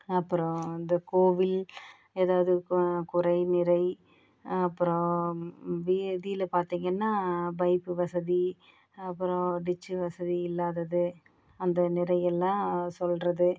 அப்புறம் இந்த கோவில் ஏதாவது குறை நிறை அப்புறம் வீதியில் பார்த்தீங்கன்னா பைப் வசதி டிச் வசதி இல்லாதது அந்த நிறையெல்லாம் சொல்கிறது